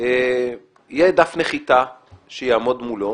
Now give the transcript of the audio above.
יהיה דף נחיתה שיעמוד מולו,